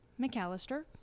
McAllister